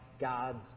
God's